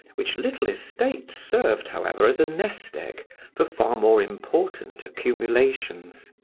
which little estate served, however, as a nest-egg for far more important accumulations.